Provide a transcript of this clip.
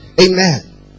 Amen